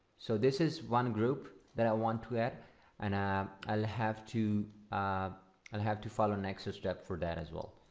so this is one group that i want to add and i'll have to and have to follow an extra step for that as well